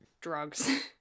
drugs